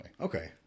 Okay